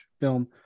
film